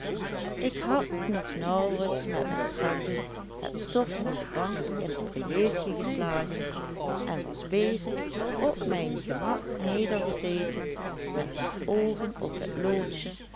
ik had nog nauwelijks met mijn zakdoek het stof van de bank in t priëeltje geslagen en was bezig op mijn gemak nedergezeten met de oogen op het loodsje